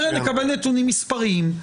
צריך לקבל נתונים מספריים,